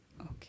Okay